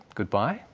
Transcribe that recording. goodbye.